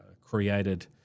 created